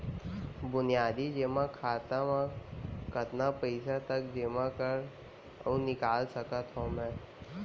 बुनियादी जेमा खाता म कतना पइसा तक जेमा कर अऊ निकाल सकत हो मैं?